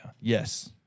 Yes